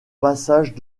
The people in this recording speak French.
passage